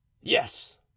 Yes